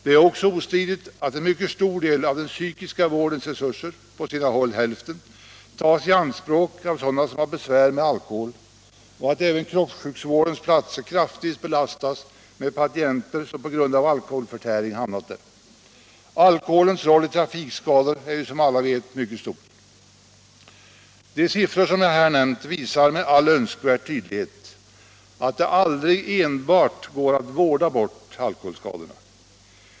Det är också ostridigt att en mycket stor del av den psykiska vårdens resurser, på sina håll hälften, tas i anspråk av sådana som har besvär med alkohol och att även kroppssjukvårdens platser kraftigt belastas av patienter som på grund av alkoholförtäring hamnat där. Alkoholens roll i trafikskador är ju som alla vet mycket stor. De siffror som jag här nämnt visar med all önskvärd tydlighet att det aldrig går att enbart vårda bort alkoholskadorna.